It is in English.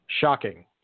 Shocking